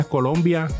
Colombia